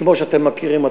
כמו שאתם מכירים.